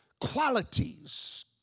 qualities